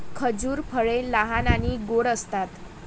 खजूर फळे लहान आणि गोड असतात